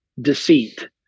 deceit